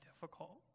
difficult